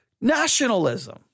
nationalism